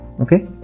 Okay